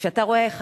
כשאתה רואה איך